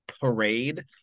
parade